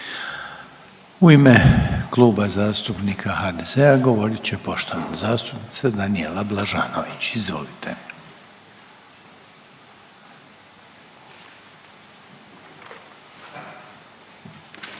U ime Kluba zastupnika HDZ-a govorit će poštovana zastupnica Danijela Blažanović, izvolite.